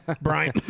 Brian